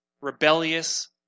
rebellious